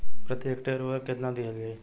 प्रति हेक्टेयर उर्वरक केतना दिहल जाई?